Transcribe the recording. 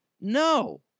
no